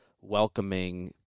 welcoming